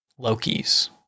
Lokis